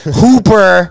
hooper